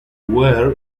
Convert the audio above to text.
wear